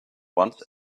once